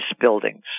buildings